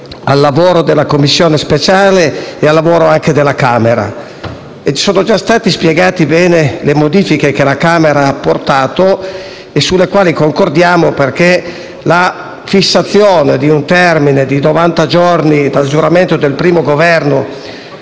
al lavoro della Commissione speciale e della Camera. Sono state ben spiegate le modifiche che la Camera ha apportato, sulle quali concordiamo, perché la fissazione di un termine di novanta giorni dal giuramento del primo Governo